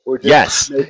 Yes